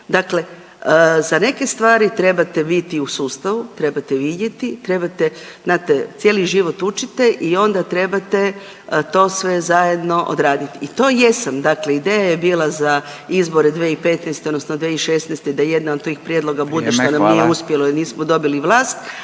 Dakle za neke stvari trebate biti u sustavu, trebate vidjeti, trebate, znate, cijeli život učite i onda trebate to sve zajedno odraditi i to jesam, dakle ideja je bila za izbore 2015. odnosno 2016. da jedna od tih prijedloga bude što nam nije uspjelo .../Upadica: